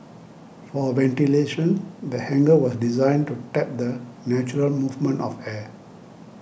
for ventilation the hangar was designed to tap the natural movement of air